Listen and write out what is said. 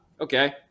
okay